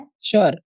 Sure